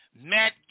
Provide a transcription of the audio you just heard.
Matt